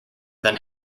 than